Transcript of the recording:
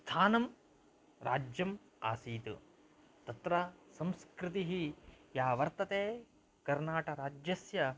स्थानं राज्यम् आसीत् तत्र संस्कृतिः या वर्तते कर्नाटकराज्यस्य